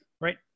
right